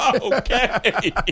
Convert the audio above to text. Okay